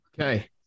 Okay